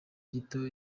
gito